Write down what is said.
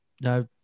no